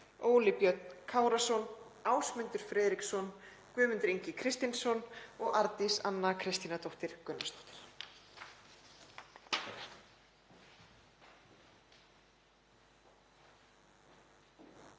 Óli Björn Kárason, Ásmundur Friðriksson, Guðmundur Ingi Kristinsson og Arndís Anna Kristínardóttir Gunnarsdóttir.